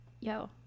yo